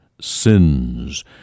sins